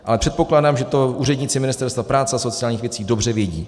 Ale předpokládám, že to úředníci Ministerstva práce a sociálních věcí dobře vědí.